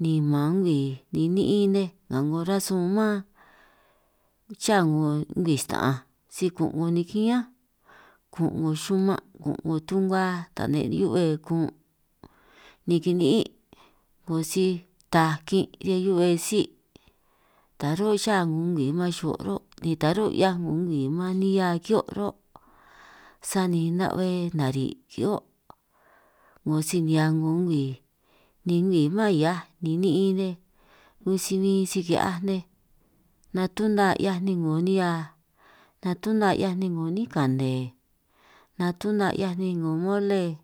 ni man a'ngo ngwii ni ni'in nej nga 'ngo rasun mám, xa 'ngo ngwii sta'anj si kun' 'ngo nikián, kun' 'ngo xuman', kun' 'ngo tu'nga, tane' hiube kun' ni kini'ín' 'ngo si taj kin' riñan hiu'be síj taj rún' xa 'ngo ngwii man xo' ruhuo' ta rún' 'hiaj 'ngo ngwii man nihia kihio' ro', sani na'be nari' ki'hio' 'ngo sinihia 'ngo ngwii, ni ngwii mán hiaj ni ni'in nej un si huin ki'hiaj nej natuna 'hiaj ninj 'ngo nihia natuna 'hiaj nej 'ngo 'nín kane natuna 'hiaj ninj 'ngo mole.